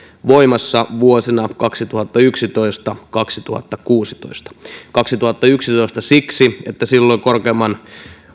voimassa vuosina kaksituhattayksitoista viiva kaksituhattakuusitoista kaksituhattayksitoista siksi että silloin korkeimman